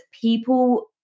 people